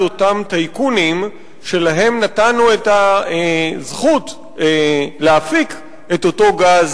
אותם טייקונים שלהם נתנו את הזכות להפיק את אותו גז